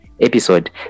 episode